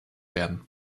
werden